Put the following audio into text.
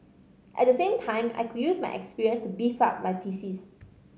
at the same time I could use my experience to beef up my thesis